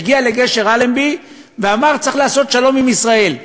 כשהגיע לגשר אלנבי ואמר: צריך לעשות שלום עם ישראל.